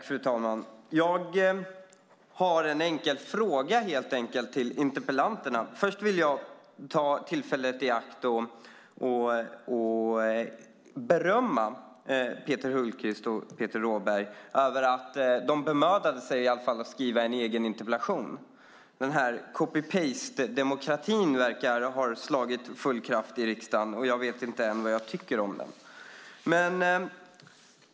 Fru talman! Jag har en enkel fråga till interpellanterna. Först vill jag ta tillfället i akt och berömma Peter Hultqvist och Peter Rådberg för att de i alla fall bemödade sig att skriva var sin egen interpellation. Copy-paste-demokratin verkar annars ha slagit igenom med full kraft i riksdagen, och jag vet inte än vad jag tycker om den.